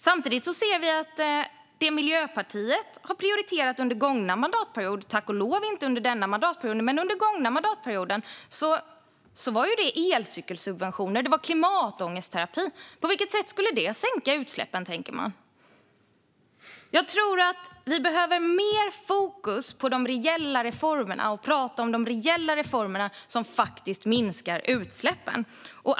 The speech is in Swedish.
Samtidigt ser vi att det Miljöpartiet prioriterade under den gångna mandatperioden - tack och lov inte under den här mandatperioden - var elcykelsubventioner och klimatångestterapi. På vilket sätt skulle det sänka utsläppen, tänker man? Jag tror att vi behöver mer fokus på de reella reformerna. Vi behöver prata om de reella reformer som faktiskt minskar utsläppen.